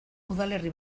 udalerri